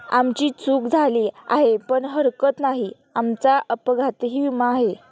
आमची चूक झाली आहे पण हरकत नाही, आमचा अपघाती विमा आहे